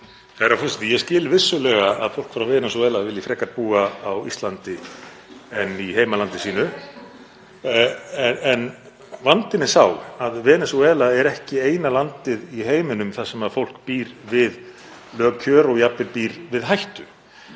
Herra forseti. Ég skil vissulega að fólk frá Venesúela vilji frekar búa á Íslandi en í heimalandi sínu, en vandinn er sá að Venesúela er ekki eina landið í heiminum þar sem fólk býr við lök kjör og jafnvel hættu.